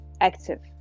active